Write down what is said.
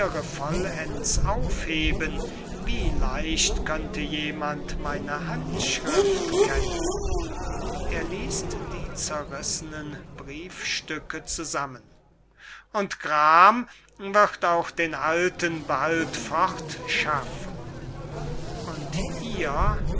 aufheben wie leicht könnte jemand meine handschrift kennen er liest die zerrissenen briefstücke zusammen und gram wird auch den alten bald fortschaffen und ihr